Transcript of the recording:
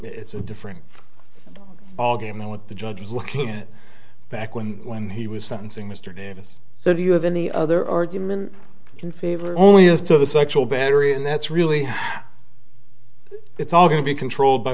it's a different ballgame now what the judge is looking at back when when he was sentencing mr davis so do you have any other argument in favor only as to the sexual battery and that's really it's all going to be controlled by